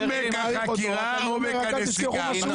עומק החקירה, עומק הנסיגה.